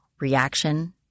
reaction